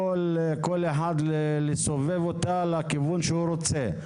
יכול כל אחד לסובב אותה לכיוון שהוא רוצה.